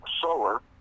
solar